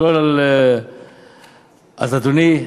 אז, אדוני,